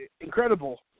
incredible